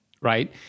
Right